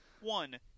one